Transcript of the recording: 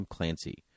Clancy